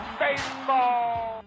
baseball